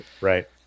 Right